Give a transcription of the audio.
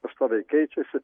pastoviai keičiasi